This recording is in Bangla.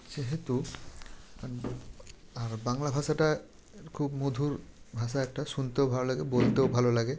যেহেতু আর বাংলা ভাষাটা খুব মধুর ভাষা একটা শুনতেও ভালো লাগে বলতেও ভালো লাগে